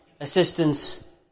assistance